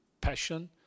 passion